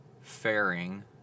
fairing